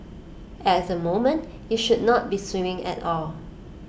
at the moment you should not be swimming at all